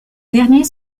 derniers